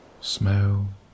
smell